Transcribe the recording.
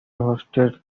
hosted